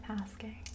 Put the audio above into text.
asking